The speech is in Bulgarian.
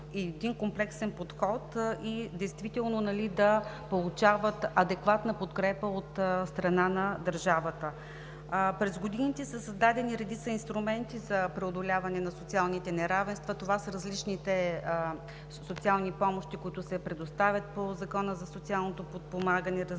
един комплексен подход и да получават адекватна подкрепа от страна на държавата. През годините са създадени редица инструменти за преодоляване на социалните неравенства. Това са различните социални помощи, които се предоставят по Закона за социалното подпомагане, различната